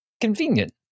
convenient